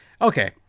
Okay